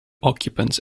occupants